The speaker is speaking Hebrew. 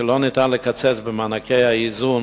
כי לא ניתן לקצץ במענקי האיזון,